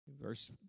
Verse